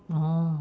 oh